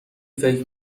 فکر